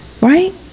Right